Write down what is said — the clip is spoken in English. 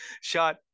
shot